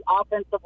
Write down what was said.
offensive